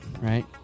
right